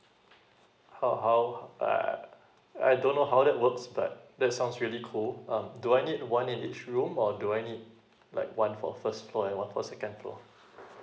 how how I I don't know how that works but that sounds really cool um do I need one in each room or do I need like one for first floor and one for second floor